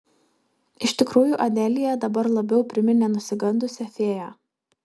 iš tikrųjų adelija dabar labiau priminė nusigandusią fėją